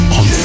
on